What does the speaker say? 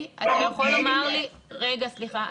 אתה יכול לומר לי, בבקשה,